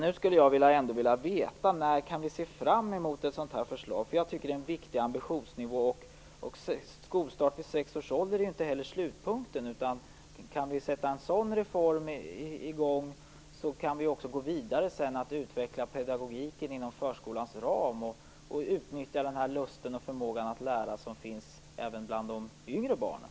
Nu skulle jag vilja veta: När kan vi få ett sådant här förslag? Jag tycker att det är en viktig ambitionsnivå. Skolstart vid sex års ålder är inte heller slutpunkten, utan kan vi sätta i gång en sådan reform kan vi sedan också gå vidare med att utveckla pedagogiken inom förskolans ram och utnyttja den lust och förmåga att lära som finns även bland de yngre barnen.